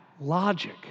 logic